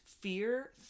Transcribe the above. fear